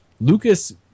Lucas